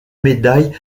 médaille